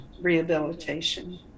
rehabilitation